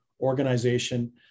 organization